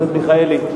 מיכאלי,